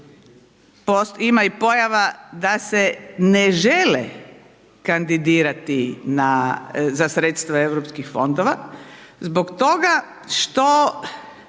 ima i pojava da se ne žele kandidirati za sredstva Europskih fondova zbog toga što